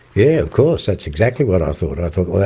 yeah of course, that's exactly what i thought, i thought, well,